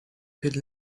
could